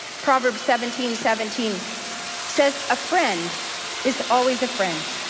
proverbs seventeen seventeen says a friend is always a friend,